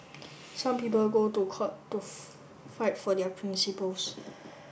some people go to court to fight for their principles